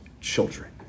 children